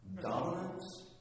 dominance